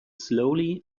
slowly